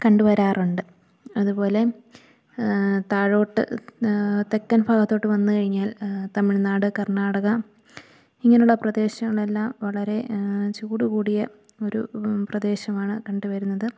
കണ്ടുവരാറുണ്ട് അതുപോലെ താഴോട്ട് തെക്കൻ ഭാഗത്തോട്ട് വന്നുകഴിഞ്ഞാൽ തമിഴ്നാട് കർണാടക ഇങ്ങനെയുള്ള പ്രദേശങ്ങളെല്ലാം വളരെ ചൂടു കൂടിയ ഒരു പ്രദേശമാണു കണ്ടുവരുന്നത്